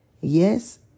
Yes